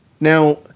Now